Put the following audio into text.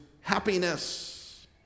happiness